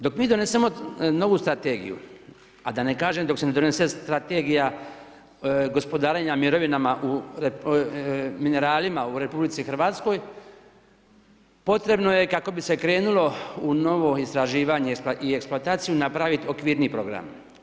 Dok mi donesemo novu strategiju, a da ne kažem dok se ne donese Strategija gospodarenja mineralima u RH potrebno je kako bi se krenulo u novo istraživanje i eksploataciju napraviti okvirni program.